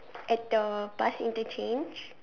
at the bus interchange